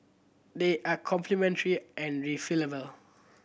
they are complementary and refillable